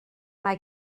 mae